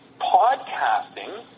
podcasting